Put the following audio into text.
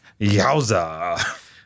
Yowza